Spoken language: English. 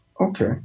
Okay